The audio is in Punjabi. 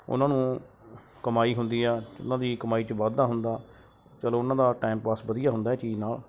ਉਹਨਾਂ ਨੂੰ ਕਮਾਈ ਹੁੰਦੀ ਆ ਉਹਨਾਂ ਦੀ ਕਮਾਈ 'ਚ ਵਾਧਾ ਹੁੰਦਾ ਚੱਲੋ ਉਹਨਾਂ ਦਾ ਟਾਈਮ ਪਾਸ ਵਧੀਆ ਹੁੰਦਾ ਇਹ ਚੀਜ਼ ਨਾਲ